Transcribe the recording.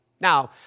Now